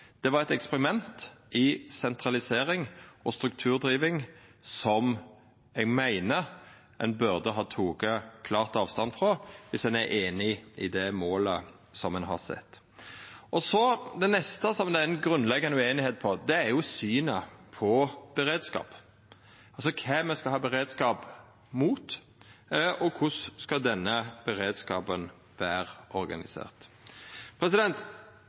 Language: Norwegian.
Det var eit eksperiment med sentralisering og strukturdriving som eg meiner ein burde ha teke klart avstand frå viss ein er einig i det målet ein har sett. Det neste som det er grunnleggjande ueinigheit om, er synet på beredskap, altså kva me skal ha beredskap mot, og korleis denne beredskapen skal vera organisert.